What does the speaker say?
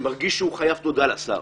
שמרגיש שהוא חייב תודה לשר.